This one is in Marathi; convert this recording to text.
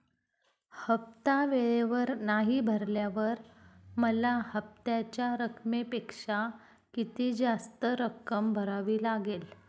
हफ्ता वेळेवर नाही भरल्यावर मला हप्त्याच्या रकमेपेक्षा किती जास्त रक्कम भरावी लागेल?